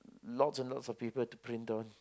lots and lots to people to print on